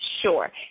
sure